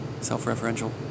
self-referential